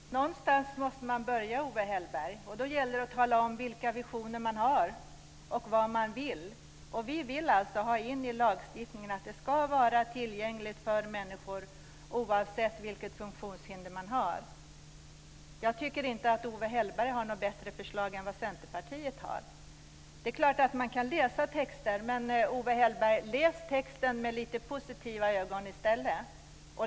Herr talman! Någonstans måste man börja, Owe Hellberg. Då gäller det att tala om vilka visioner man har och vad man vill. Vi vill alltså i lagstiftningen ha in tillgängligheten för människor oavsett vilket funktionshinder man har. Jag tycker inte att Owe Hellberg har något bättre förslag än Centerpartiet har. Det är klart att man kan läsa texter. Men, Owe Hellberg, läs texten med lite positiva ögon i stället!